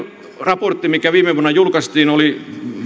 raportti mikä viime vuonna julkaistiin oli bo